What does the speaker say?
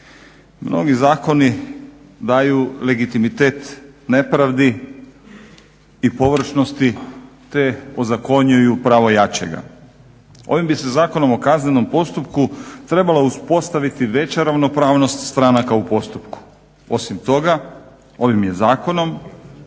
Mnogi zakoni daju legitimitet nepravdi i površnosti te ozakonjuju pravo jačega. Ovim bi se Zakonom o kaznenom postupku trebala uspostaviti veća ravnopravnost stranaka u postupku. Osim toga ovim je zakonom,